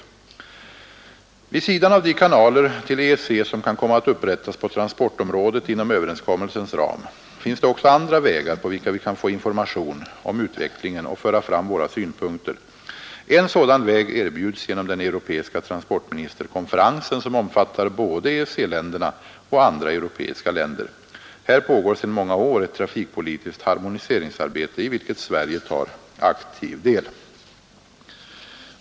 24 april 1972 Vid sidan av de kanaler till EEC som kan komma att upprättas på transportområdet inom överenskommelsens ram finns det också andra vägar på vilka vi kan få information om utvecklingen och föra fram våra synpunkter. En sådan väg erbjuds genom den europeiska transporti Är SEE ministerkonferensen, som omfattar både EEC-länderna och andra eurooc så red lemsstater peiska länder. Här pågår sedan många år ett trafikpolitiskt harmoniseringsarbete, i vilket Sverige tar aktiv del.